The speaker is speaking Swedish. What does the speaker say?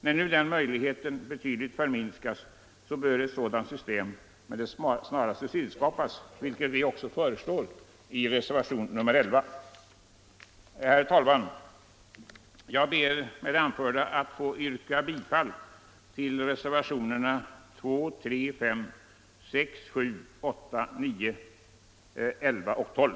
När nu den möjligheten betydligt för minskas, bör ett system för resultatutjämning med det snaraste tillskapas, vilket vi föreslår i reservationen 11. Herr talman! Jag ber med det anförda att få yrka bifall till reservationerna 2, 3, 5, 6, 7, 8, 9, 11 och 12.